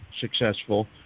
successful